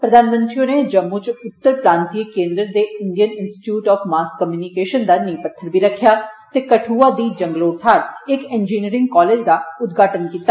श्री मोदी होरें जम्मू च उत्तर प्रांत्तीय केन्द्र दे Indian institute of mass communication दा नींह पत्थर बी रक्खेआ ते कदुआ दी जंगलोट थाहर इक इंजीनियरिंग कालेज दा उद्घाटन कीता